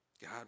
God